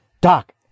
Doc